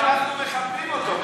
אבל אנחנו מכבדים אותו,